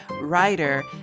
writer